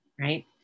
right